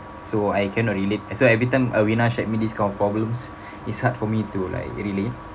so I cannot relate so every time aweena shared me these kind of problems it's hard for me to like relate